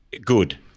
good